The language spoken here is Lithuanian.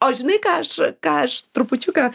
o žinai ką aš ką aš trupučiuką